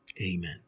Amen